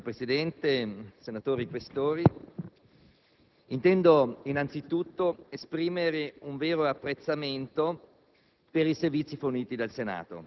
*(Aut)*. Signor Presidente, signori Questori, intendo innanzitutto esprimere un vero apprezzamento